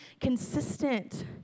consistent